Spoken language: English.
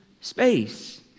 space